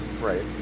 Right